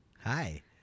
Hi